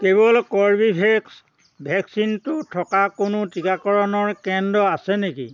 কেৱল কৰ্বীভেক্স ভেকচিনটো থকা কোনো টিকাকৰণৰ কেন্দ্ৰ আছে নেকি